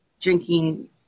drinking